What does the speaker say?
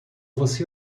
você